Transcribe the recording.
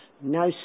no